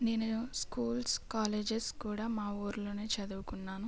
నేను schools colleges కూడా మా ఊర్లోనే చదువుకున్నాను